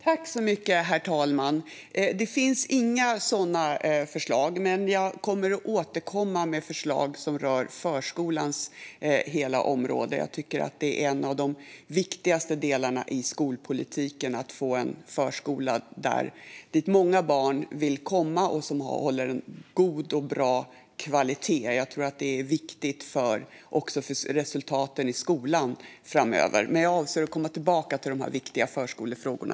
Herr talman! Det finns inga sådana förslag, men jag kommer att återkomma med förslag som rör förskolans hela område. Jag tycker att en av de viktigaste delarna i skolpolitiken är att få en förskola dit många barn vill komma och som håller en god och bra kvalitet. Jag tror att det är viktigt också för resultaten i skolan framöver. Men jag avser alltså att komma tillbaka till de viktiga förskolefrågorna.